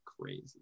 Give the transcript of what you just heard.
crazy